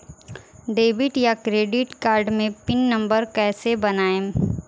Debit या credit card मे pin number कैसे बनाएम?